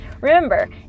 Remember